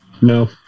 no